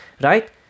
right